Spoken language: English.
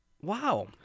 wow